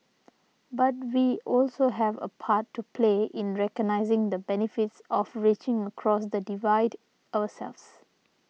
but we also have a part to play in recognising the benefits of reaching across the divide ourselves